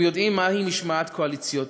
הם יודעים מהי משמעת קואליציונית.